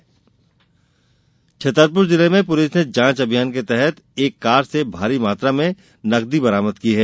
रकम जब्त छतरपुर जिले में पूलिस ने जांच अभियान के तहत एक कार से भारी मात्रा में नकदी बरामद की हैं